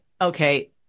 okay